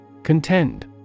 Contend